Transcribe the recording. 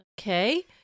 okay